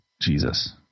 Jesus